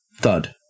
Thud